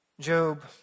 Job